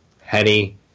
Henny